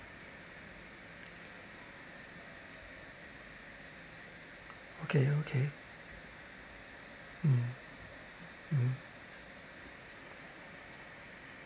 okay okay mm mm